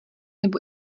nebo